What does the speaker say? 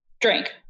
Drink